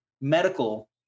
medical